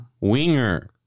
Winger